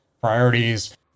priorities